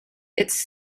its